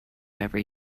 every